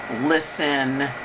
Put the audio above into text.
listen